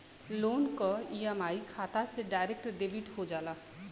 loan क EMI खाता से डायरेक्ट डेबिट हो जाला